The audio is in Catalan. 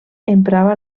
emprava